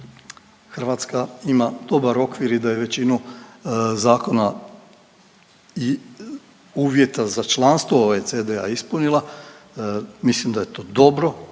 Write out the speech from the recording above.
Hrvatska ima dobar okvir i da je većinu zakona i uvjeta za članstva OECD-a ispunila, mislim da je to dobro,